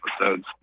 episodes